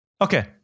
Okay